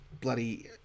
bloody